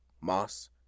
moss